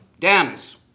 Dems